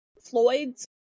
Floyd's